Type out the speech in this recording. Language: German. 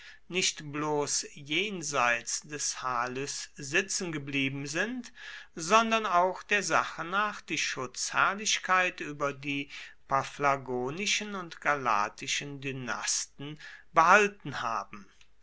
nicht bloß jenseits des halys sitzen geblieben sind sondern auch der sache nach die schutzherrlichkeit über die paphlagonischen und galatischen dynasten behalten haben